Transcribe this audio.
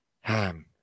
Ham